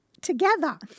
together